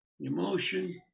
emotion